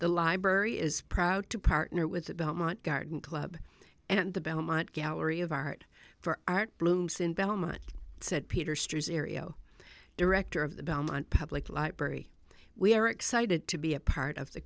the library is proud to partner with the belmont garden club and the belmont gallery of art for art blooms in belmont said peter stres aereo director of the belmont public library we are excited to be a part of the